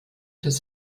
des